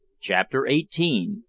chapter eighteen.